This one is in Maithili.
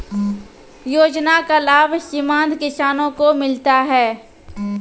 योजना का लाभ सीमांत किसानों को मिलता हैं?